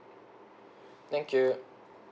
thank you